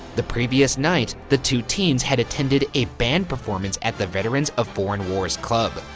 the previous night, the two teens had attended a band performance at the veterans of foreign wars club,